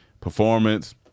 performance